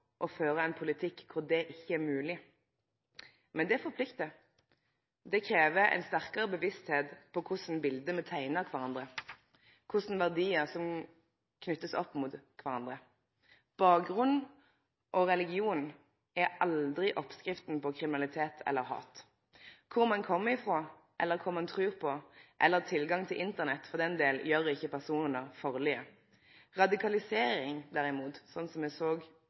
å føre ein politikk kor det ikkje er mogleg. Men det forpliktar. Det krev ei sterkare bevisstheit om kva for bilete me teiknar av kvarandre, om kva for verdiar som blir knytte opp mot kvarandre. Bakgrunn og religion er aldri oppskrifta på kriminalitet eller hat. Kor ein kjem frå, eller kva ein trur på, eller tilgangen til Internett for den del, gjer ikkje personar farlege. Radikalisering, derimot, som me såg